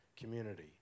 community